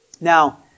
Now